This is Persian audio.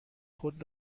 خود